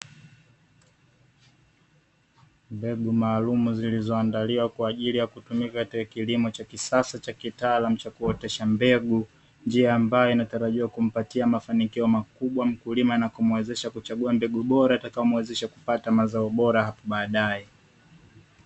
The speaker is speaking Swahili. Mbegu maalum zilizoandaliwa kwa ajili ya kutumika katika kilimo cha kisasa cha kitaalamu cha kuotesha mbegu njia ambayo inatarajiwa kumpatia mafanikio makubwa mkulima na kumwezesha kuchagua mbegu bora itakaomwezesha kupata mazao bora hapo baadae.